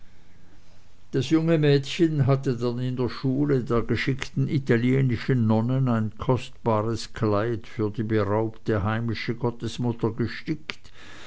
das junge mädchen hatte dann in der schule der geschickten italienischen nonnen ein kostbares kleid für die beraubte heimische gottesmutter gestickt